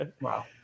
Wow